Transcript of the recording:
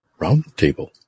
Roundtable